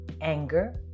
anger